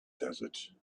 desert